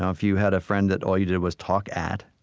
ah if you had a friend that all you did was talk at,